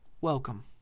Welcome